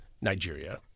Nigeria